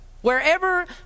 Wherever